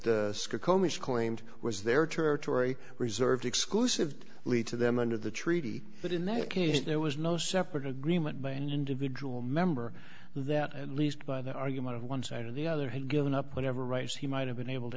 comix claimed was their territory reserved exclusive lead to them under the treaty but in that case there was no separate agreement by an individual member that at least by the argument of one side or the other had given up whatever rights he might have been able to